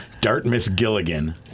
Dartmouth-Gilligan